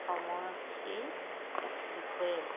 সময়সূচীৰ বিষয়ে